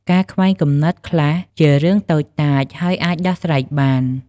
ការខ្វែងគំនិតខ្លះជារឿងតូចតាច ហើយអាចដោះស្រាយបាន។